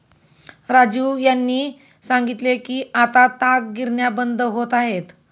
राजीव यांनी सांगितले की आता ताग गिरण्या बंद होत आहेत